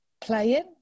playing